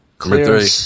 Clear